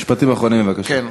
משפטים אחרונים בבקשה.